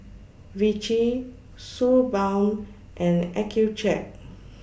Vichy Suu Balm and Accucheck